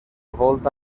volta